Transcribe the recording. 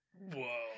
Whoa